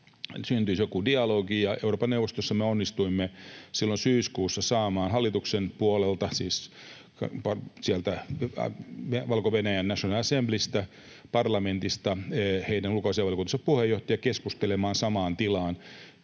syntyisi joku dialogi. Euroopan neuvostossa me onnistuimme silloin syyskuussa saamaan hallituksen puolelta, siis sieltä Valko-Venäjän national assemblysta, parlamentista, heidän ulkoasiainvaliokuntansa puheenjohtajan keskustelemaan samaan tilaan